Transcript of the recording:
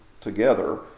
together